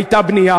הייתה בנייה.